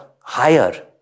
higher